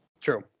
True